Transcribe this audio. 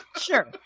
Sure